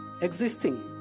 existing